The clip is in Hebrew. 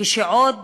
כשעוד